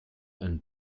and